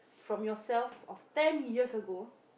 from yourself of ten years ago